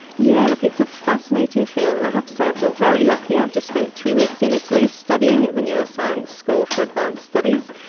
yeah like it's a fascinating field, and i have to say i feel very lucky, i've just spent three weeks in italy studying at the neuroscience school for advanced studies.